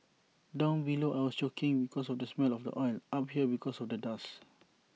down below I was choking because of the smell of oil up here because of the dust